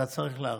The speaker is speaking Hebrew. אתה צריך להרוויח.